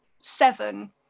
seven